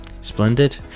Splendid